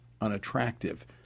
unattractive